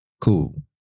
Cool